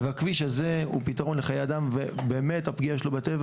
בכביש הזה הוא פתרון לחיי אדם ובאמת הפגיעה שלו בטבע